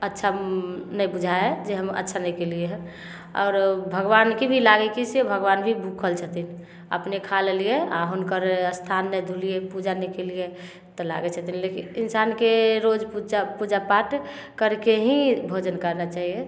अच्छा नहि बुझइ हइ जे हम अच्छा नहि कयलियै हऽ आओर भगवानके भी लागय कि से भगवान भी भूखल छथिन अपने खा लेलियै आओर हुनकर स्थान नहि धोलियै पूजा नहि कयलियै तऽ लागय छै इन्सानके रोज पूजा पूजापाठ करिके ही भोजन करना चाहियै